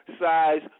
size